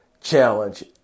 challenge